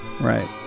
Right